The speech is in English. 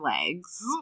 legs